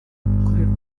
gukorerwa